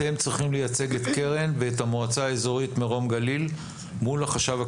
אתם צריכים לייצג את קרן ואת המועצה האזורית מרום הגליל מול החשב הכללי.